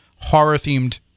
horror-themed